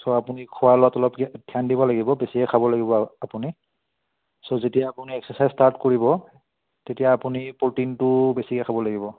চ' আপুনি খোৱা লোৱাত অলপ ধ্যান দিব লাগিব বেছিকে খাব লাগিব আপুনি ছ' যেতিয়া আপুনি এক্সাৰচাইজ ষ্টাৰ্ট কৰিব তেতিয়া আপুনি প্ৰ'টিনটো বেছিকৈ খাব লাগিব